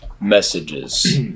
messages